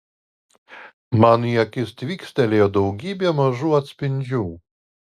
man į akis tvykstelėjo daugybė mažų atspindžių